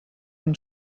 and